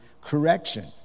correction